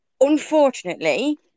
Unfortunately